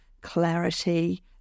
clarity